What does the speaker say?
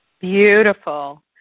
Beautiful